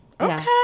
Okay